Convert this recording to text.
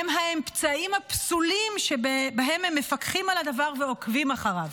הם האמצעים הפסולים שבהם הם מפקחים על הדבר ועוקבים אחריו.